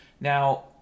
Now